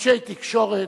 אנשי תקשורת,